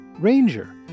Ranger